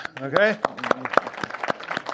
Okay